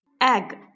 Egg